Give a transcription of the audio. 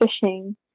fishing